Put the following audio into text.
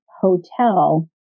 hotel